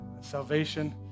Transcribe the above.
salvation